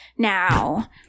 now